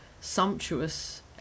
sumptuous